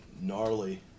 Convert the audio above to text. Gnarly